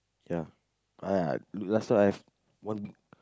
ya but last time I have one